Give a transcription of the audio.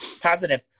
Positive